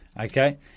okay